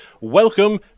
welcome